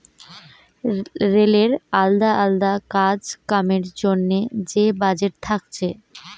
রেলের আলদা আলদা কাজ কামের জন্যে যে বাজেট থাকছে